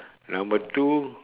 number two